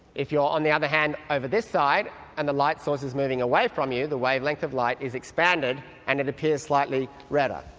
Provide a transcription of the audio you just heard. if you are, on the other hand, over this side and the light source is moving away from you, the wavelength of light is expanded and it appears slightly redder.